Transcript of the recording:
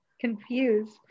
Confused